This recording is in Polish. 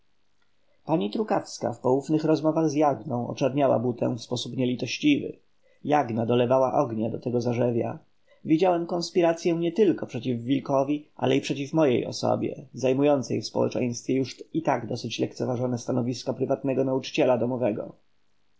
pani trukawska w poufnych rozmowach z jagną oczerniała butę w sposób nielitościwy jagna dolewała oliwy do tego zarzewia widziałem konspiracyę nietylko przeciw wilkowi ale i przeciw mojej osobie zajmującej w społeczeństwie już i tak dosyć lekceważone stanowisko prywatnego nauczyciela domowego